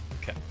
Okay